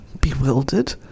Bewildered